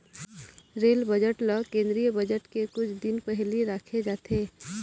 rail budget ल केंद्रीय budget के कुछ दिन पहिली राखे जाथे